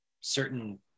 certain